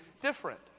different